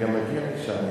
אני גם אגיע לאשה.